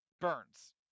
burns